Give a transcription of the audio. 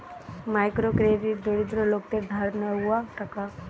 micro credit দরিদ্র লোকদের ধার লেওয়া টাকা